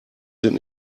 sind